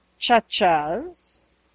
Chachas